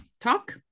talk